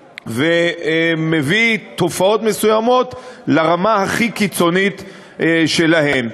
ומביא תופעות מסוימות לרמה הכי קיצונית שלהן.